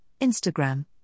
Instagram